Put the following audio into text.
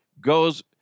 goes